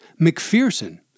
McPherson